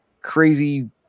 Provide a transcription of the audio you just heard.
crazy